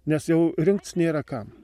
nes jau rinkc nėra kam